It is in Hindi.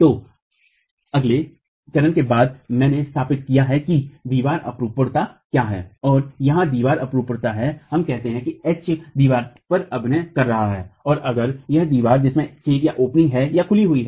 तो अगले चरण के बाद मेने स्थापित किया है कि दीवार अपरूपणता क्या है और यहाँ दीवार अपरूपणता है हम कहते हैं कि H एच दीवार पर अभिनय कर रहा है और अगर यह दीवार है जिसमें छेद है या खुली हुई है